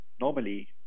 normally